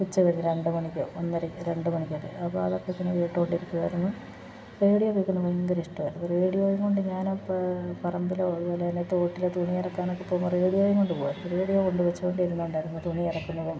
ഉച്ച കഴിഞ്ഞ് രണ്ടു മണിക്ക് ഒന്നര രണ്ടു മണിക്കൊക്കെ അപ്പം അതൊക്കെ തന്നെ കേട്ടു കൊണ്ടിരിക്കുകയായിരുന്നു റേഡിയോ കേൾക്കുന്ന ഭയങ്കര ഇഷ്ടമായിരുന്നു റേഡിയോയും കൊണ്ട് ഞാനപ്പം പറമ്പിലോ അതു പോലെ തന്നെ തോട്ടിൽ തുണി അലക്കാനൊക്കെ പോകുമ്പം റേഡിയോയും കൊണ്ടു പോകുമായിരുന്നു റേഡിയോ കൊണ്ട് വെച്ചു കൊണ്ടിരുന്നു കൊണ്ടായിരുന്നു തുണി അലക്കുന്നതും